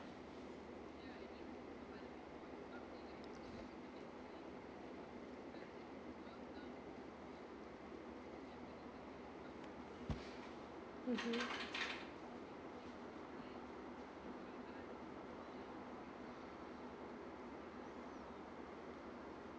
mmhmm